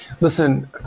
Listen